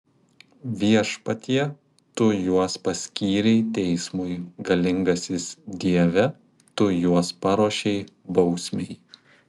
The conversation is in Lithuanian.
viešpatie tu juos paskyrei teismui galingasis dieve tu juos paruošei bausmei